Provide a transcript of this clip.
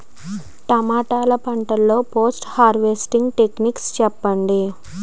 టమాటా పంట లొ post harvesting techniques చెప్పండి?